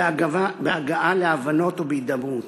בהגעה להבנות ובהידברות.